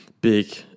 big